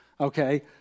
okay